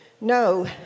No